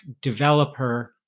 developer